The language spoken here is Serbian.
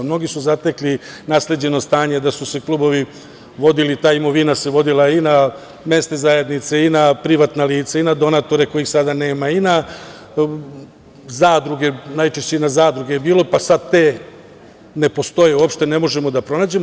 Mnogi su zatekli nasleđeno stanje da su se klubovi, ta imovina se vodila i na mesne zajednice i na privatna lica i na donatore kojih sada nema i najčešće i na zadruge je bilo, pa sad te ne postoje uopšte, ne možemo da pronađemo.